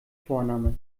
vorname